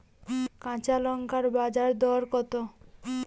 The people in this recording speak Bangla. কাঁচা লঙ্কার বাজার দর কত?